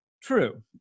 True